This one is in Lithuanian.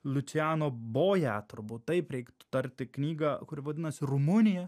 lučiano boją turbūt taip reiktų tarti knygą kuri vadinasi rumunija